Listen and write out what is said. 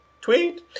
Tweet